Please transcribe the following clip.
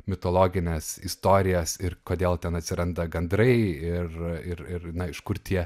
mitologines istorijas ir kodėl ten atsiranda gandrai ir ir ir iš kur tie